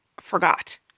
forgot